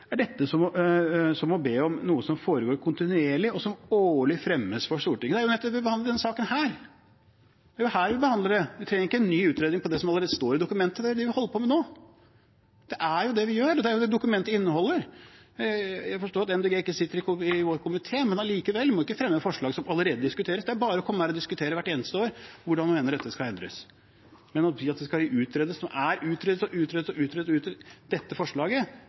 er dette å be om noe som foregår kontinuerlig, og som årlig legges frem for Stortinget. Det er jo nettopp derfor vi behandler denne saken. Det er jo her vi behandler det. Vi trenger ikke en ny utredning av det som allerede står i dokumentet. Det er jo det vi holder på med nå. Det er jo det vi gjør, og det er det dokumentet inneholder. Jeg forstår at Miljøpartiet De Grønne ikke sitter i vår komité, men likevel – man må jo ikke fremme et forslag som allerede diskuteres. Det er bare å komme her og diskutere hvert eneste år hvordan man mener at dette skal endres. Men å foreslå at det skal utredes når det er utredet, utredet, utredet – dette forslaget